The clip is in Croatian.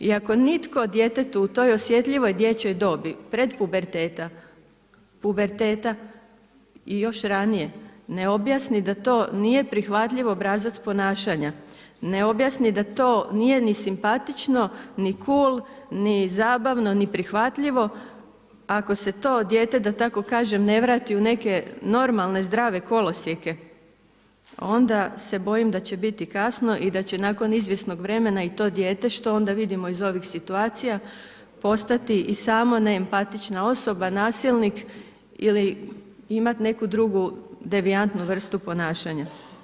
I ako nitko djetetu u toj osjetljivoj dječjoj dobi pred puberteta, puberteta i još ranije ne objasni da to nije prihvatljiv obrazac ponašanja, ne objasni da to nije ni simpatično, ni kul, ni zabavno, ni prihvatljivo, ako se to dijete, da tako kažem, ne vrati u neke normalne zdrave kolosijeke, onda se bojim da će biti kasno i da će nakon izvjesnog vremena i to dijete, što onda vidimo iz ovih situacija, postati i samo neempatična osoba, nasilnik ili imat neku drugu devijantnu vrstu ponašanja.